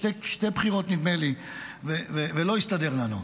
שתי בחירות, נדמה לי, ולא הסתדר לנו.